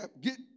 get